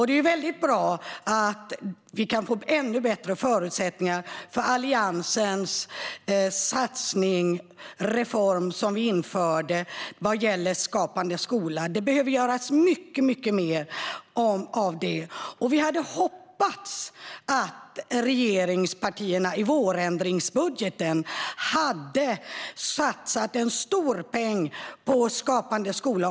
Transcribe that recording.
Det är bra att vi kan få ännu bättre förutsättningar för Alliansens satsning på den reform vi införde, Skapande skola. Det behöver göras mycket mer av den. Vi hade hoppats att regeringspartierna i vårändringsbudgeten hade satsat en stor peng på Skapande skola.